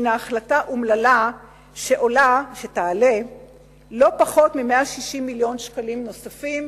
הינה החלטה אומללה שתעלה לא פחות מ-160 מיליון שקלים נוספים,